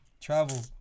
Travel